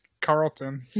Carlton